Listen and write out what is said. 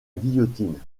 guillotine